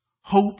Hope